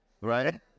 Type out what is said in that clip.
right